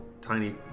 tiny